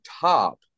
top